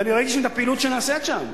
ואני ראיתי את הפעילות שנעשית שם.